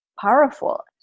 powerful